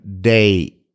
day